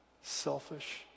selfish